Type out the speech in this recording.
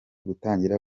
gutangira